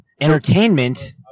entertainment